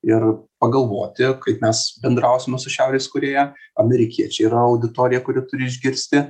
ir pagalvoti kaip mes bendrausime su šiaurės korėja amerikiečiai yra auditorija kuri turi išgirsti